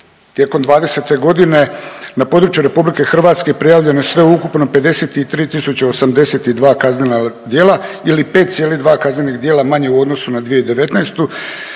Tijekom '20. g. na području RH prijavljeno je sveukupno 53 082 kaznena djela ili 5,2 kaznenih djela manje u odnosu na 2019., dok je